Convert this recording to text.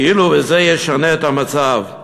כאילו שזה ישנה את המצב.